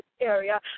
area